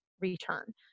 return